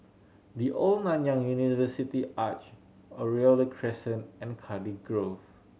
The Old Nanyang University Arch Oriole the Crescent and Cardiff Grove